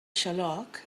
xaloc